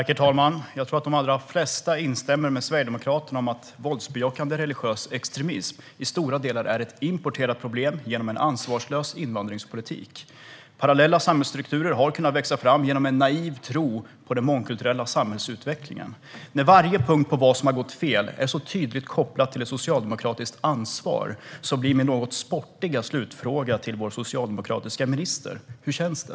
Herr talman! Jag tror att de allra flesta instämmer med Sverigedemokraterna i att våldsbejakande religiös extremism till stora delar är ett importerat problem som beror på en ansvarslös invandringspolitik. Parallella samhällsstrukturer har kunnat växa fram genom en naiv tro på den mångkulturella samhällsutvecklingen. När varje punkt som har gått fel är så tydligt kopplad till ett socialdemokratiskt ansvar blir min något sportiga slutfråga till vår socialdemokratiska minister: Hur känns det?